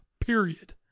period